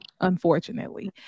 Unfortunately